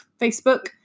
facebook